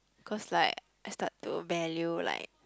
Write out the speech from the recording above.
cause like I start to value like